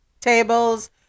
tables